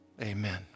Amen